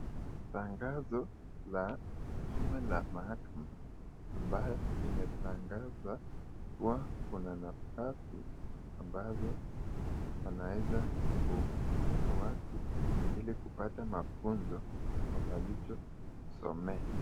Tangazo la bima la mahakama ambayo inatangazwa kuwa kuna nafasi ambayo wanaweza kupea watu hili kupata magonjwa wavalike sumen,